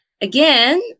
Again